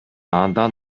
андан